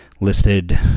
listed